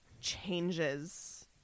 changes